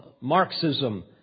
Marxism